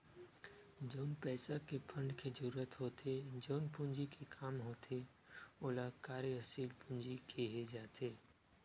जउन पइसा के फंड के जरुरत होथे जउन पूंजी के काम होथे ओला कार्यसील पूंजी केहे जाथे